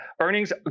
earnings